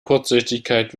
kurzsichtigkeit